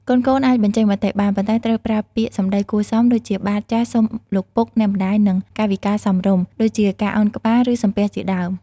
កូនៗអាចបញ្ចេញមតិបាន ប៉ុន្តែត្រូវប្រើ ពាក្យសម្ដីគួរសម ដូចជា បាទ/ចាស៎ សូមលោកពុកអ្នកម្ដាយ និង កាយវិការសមរម្យ ដូចជាការឱនក្បាល ឬសំពះជាដើម។